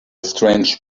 strange